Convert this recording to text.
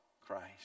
Christ